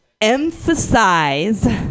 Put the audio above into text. emphasize